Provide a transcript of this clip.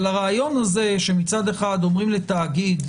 אבל הרעיון הזה שמצד אחד אומרים לתאגיד: